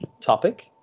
topic